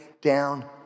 down